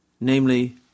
namely